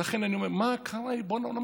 לכן, אני אומר: מה קרה, ריבון העולמים?